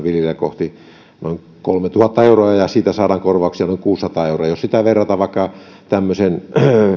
viljelijää kohti noin kolmetuhatta euroa ja siitä saadaan korvauksia noin kuusisataa euroa jos sitä verrataan vaikka tämmöiseen